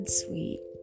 sweet